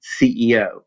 CEO